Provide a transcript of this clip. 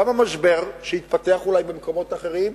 גם המשבר שיתפתח אולי במקומות אחרים,